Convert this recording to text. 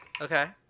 Okay